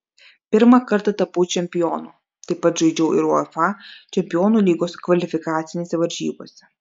pirmą kartą tapau čempionu taip pat žaidžiau ir uefa čempionų lygos kvalifikacinėse varžybose